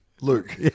Luke